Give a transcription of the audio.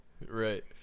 right